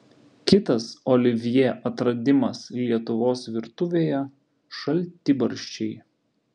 kitas olivjė atradimas lietuvos virtuvėje šaltibarščiai